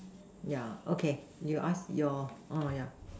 yeah okay you ask your oh yeah